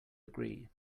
agree